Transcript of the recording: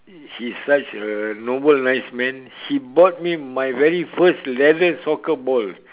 he's such a noble nice man he bought me my very first leather soccer ball